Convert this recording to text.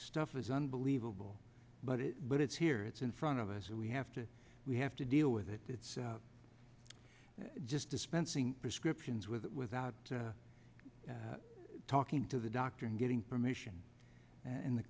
stuff is unbelievable but it but it's here it's in front of us and we have to we have to deal with it it's just dispensing prescriptions with it without talking to the doctor and getting permission and the